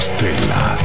Stella